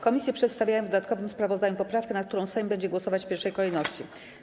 Komisje przedstawiają w dodatkowym sprawozdaniu poprawkę, nad którą Sejm będzie głosować w pierwszej kolejności.